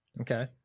Okay